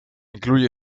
incluye